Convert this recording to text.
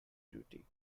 duty